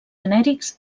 genèrics